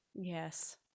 Yes